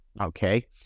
Okay